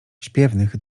śpiewnych